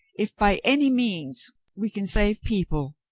if by any means we can save people.